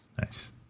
Nice